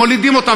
הם מולידים אותם,